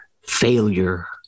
failure